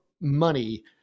money